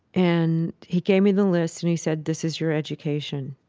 and he gave me the list and he said this is your education.